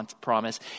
promise